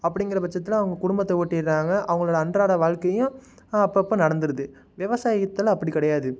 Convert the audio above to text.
அப்படிங்கிற பட்சத்தில் அவங்க குடும்பத்தை ஓட்டிறாங்க அவங்களோட அன்றாட வாழ்க்கையையும் அப்பப்போ நடந்துருது விவசாயத்தில் அப்படி கிடையாது